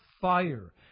fire